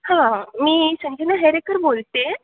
हां मी संजना हेरेकर बोलते